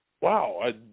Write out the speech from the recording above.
wow